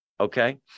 Okay